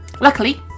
Luckily